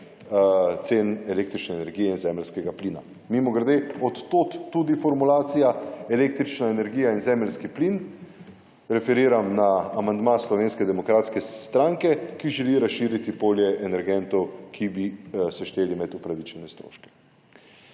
cen električne energije, zemeljskega plina. Mimogrede od tod tudi formulacija električna energija in zemeljski plin referiram na amandma Slovenske demokratske stranke, ki želi razširiti polje energentov, ki bi se šteli med upravičene stroške.